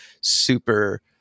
super